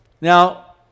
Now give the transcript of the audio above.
Now